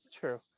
True